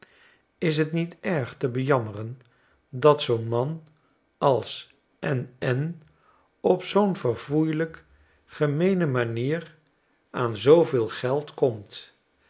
is t niet erg te bejammeren dat zoo'n man als n n op zoo'n verfoeielijk gemeene manier aan zooveel geld komt